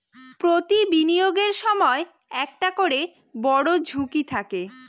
প্রতি বিনিয়োগের সময় একটা করে বড়ো ঝুঁকি থাকে